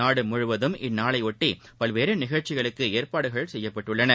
நாடு முழுவதும் இந்நாளையொட்டி பல்வேறு நிகழ்ச்சிகளுக்கு ஏற்பாடுகள் செய்யப்பட்டுள்ளன